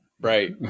Right